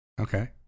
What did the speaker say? Okay